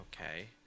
Okay